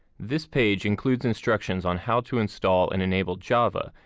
this page includes instructions on how to install and enable java,